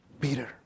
Peter